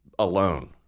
alone